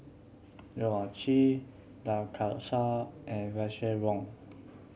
Loh Ah Chee Lai Kew Chai and Russel Wong